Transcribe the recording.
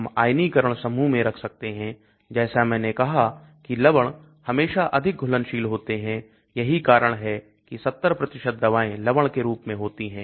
हम आयनीकरण समूह में रख सकते हैं जैसा मैंने कहा की लवण हमेशा अधिक घुलनशील होते हैं यही कारण है कि 70 दवाएं लवण के रूप में होती हैं